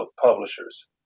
publishers